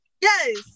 Yes